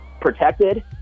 protected